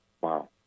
Wow